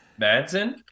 Madsen